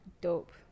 dope